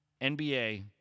NBA